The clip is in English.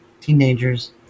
teenagers